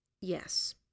yes